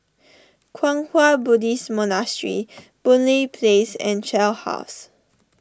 Kwang Hua Buddhist Monastery Boon Lay Place and Shell House